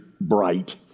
bright